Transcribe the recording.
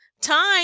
time